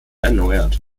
erneuert